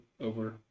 over